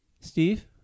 Steve